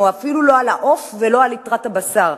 ואפילו לא על העוף ולא על ליטרת הבשר.